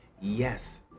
Yes